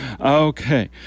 Okay